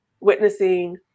witnessing